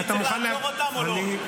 צריך לעצור אותם או לא?